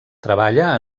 treballa